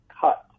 cut